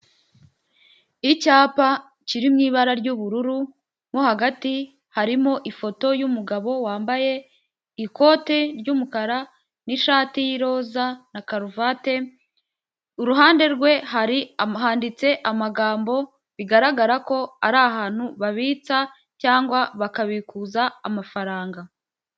Icyapa kiri mu ibara ry'ubururu nko hagati harimo ifoto' y'umugabo wambaye ikote ry'umukara, n'ishati y'iroza na karuvate, iruhande rwe hari handitse amagambo bigaragara ko ari ahantu babitsa cyangwa bakabikuza amafaranga.